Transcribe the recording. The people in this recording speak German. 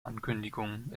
ankündigung